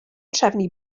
trefnu